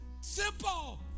simple